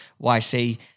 YC –